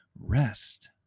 rest